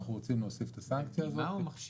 אנחנו רוצים להוסיף את הסנקציה הזאת -- זה דגימה או מכשיר?